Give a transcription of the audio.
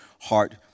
heart